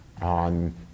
on